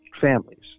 families